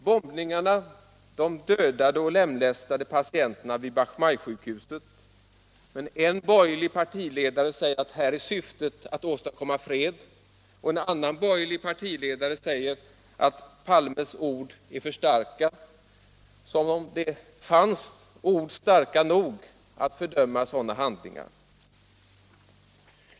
Bombningarna dödade och lemlästade patienterna vid Bach Mai-sjukhuset, men en borgerlig partiledare sade att här var syftet att åstadkomma fred, och en annan borgerlig partiledare sade att Palmes ord var för starka —- som om det fanns ord starka nog att fördöma sådana handlingar!